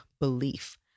belief